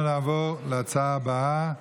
אנחנו נעבור להצעה הבאה,